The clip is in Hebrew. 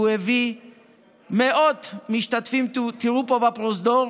והוא הביא מאות משתתפים, תראו פה בפרוזדור,